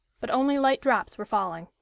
but only light drops were falling.